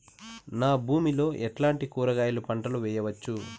నా భూమి లో ఎట్లాంటి కూరగాయల పంటలు వేయవచ్చు?